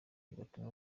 bigatuma